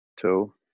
two